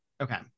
okay